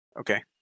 Okay